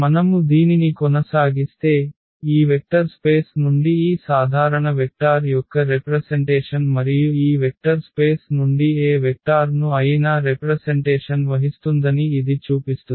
మనము దీనిని కొనసాగిస్తే ఈ వెక్టర్ స్పేస్s నుండి ఈ సాధారణ వెక్టార్ యొక్క రెప్రసెన్టేషన్ మరియు ఈ వెక్టర్ స్పేస్ నుండి ఏ వెక్టార్ను అయినా రెప్రసెన్టేషన్ వహిస్తుందని ఇది చూపిస్తుంది